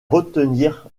retenir